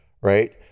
Right